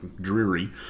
dreary